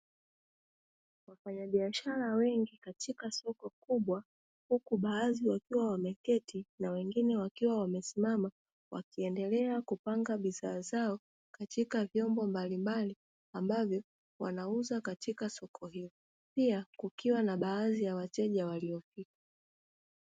Wafanyabiashara wengi katika soko kubwa, huku baadhi wakiwa wameketi na wengine wakiwa wamesimama, wakiendelea kupanga bidhaa zao katika vyombo mbalimbali, ambavyo wanauza katika soko hilo; pia kukiwa na baadhi ya wateja waliofika.